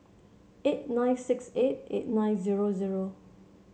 eight nine six eight eight nine zero zero